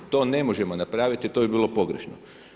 To ne možemo napraviti, to bi bilo pogrešno.